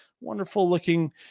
wonderful-looking